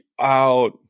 out